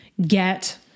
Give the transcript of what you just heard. get